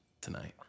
tonight